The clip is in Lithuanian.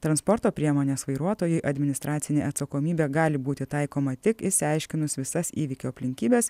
transporto priemonės vairuotojui administracinė atsakomybė gali būti taikoma tik išsiaiškinus visas įvykio aplinkybes